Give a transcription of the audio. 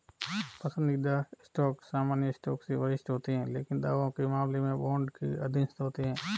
पसंदीदा स्टॉक सामान्य स्टॉक से वरिष्ठ होते हैं लेकिन दावों के मामले में बॉन्ड के अधीनस्थ होते हैं